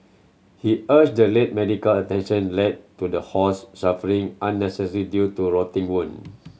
he argued the late medical attention led to the horse suffering unnecessary due to rotting wound